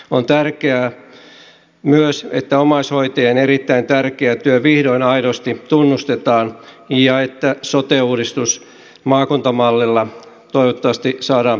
on tärkeää myös että omaishoitajien erittäin tärkeä työ vihdoin aidosti tunnustetaan ja että sote uudistus maakuntamallilla toivottavasti saadaan pikaisesti maaliin